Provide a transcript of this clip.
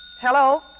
Hello